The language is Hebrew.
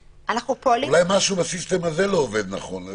אולי משהו בסיסטם הזה לא עובד נכון.